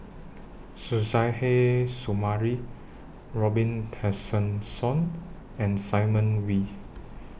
Suzairhe Sumari Robin Tessensohn and Simon Wee